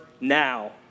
now